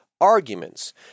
arguments